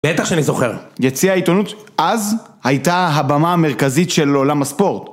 בטח שאני זוכר. יציע העיתונות אז הייתה הבמה המרכזית של עולם הספורט.